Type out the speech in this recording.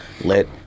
Let